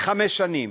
לחמש שנים.